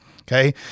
Okay